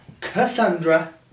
Cassandra